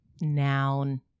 Noun